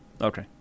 Okay